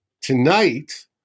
tonight